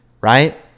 right